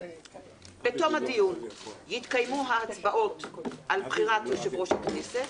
"בתום הדיון יתקיימו ההצבעות על בחירת יושב ראש הכנסת,